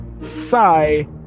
Sigh